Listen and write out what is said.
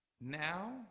now